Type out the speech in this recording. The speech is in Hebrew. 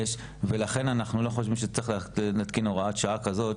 יש ולכן אנחנו לא חושבים שצריך להתקין הוראת שעה כזאת,